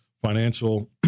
financial